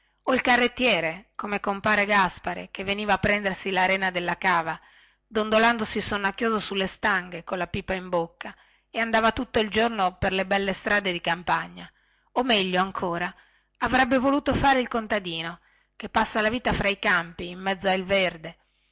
o il carrettiere come compare gaspare che veniva a prendersi la rena della cava dondolandosi sonnacchioso sulle stanghe colla pipa in bocca e andava tutto il giorno per le belle strade di campagna o meglio ancora avrebbe voluto fare il contadino che passa la vita fra i campi in mezzo ai verde